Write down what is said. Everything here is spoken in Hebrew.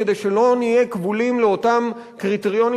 כדי שלא נהיה כבולים לאותם קריטריונים,